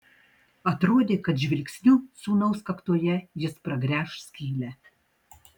atrodė kad žvilgsniu sūnaus kaktoje jis pragręš skylę